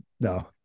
no